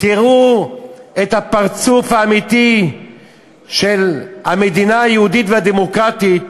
תראו את הפרצוף האמיתי של המדינה היהודית והדמוקרטית,